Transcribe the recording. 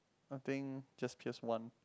I think just pierce one